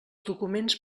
documents